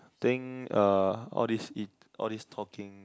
think uh all this it all this talking